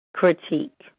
critique